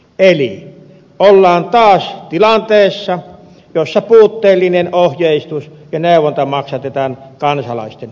eli ollaan taas tilanteessa jossa puutteellinen ohjeistus ja neuvonta maksatetaan kansalaisten kukkarosta